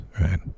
Right